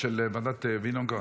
של ועדת וינוגרד?